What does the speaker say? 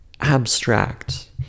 abstract